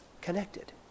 connected